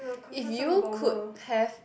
if you could have